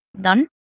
done